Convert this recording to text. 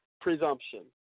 presumption